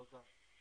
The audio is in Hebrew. מאה אחוז.